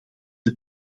het